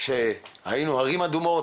בתקופה שהיינו ערים אדומות,